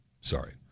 Sorry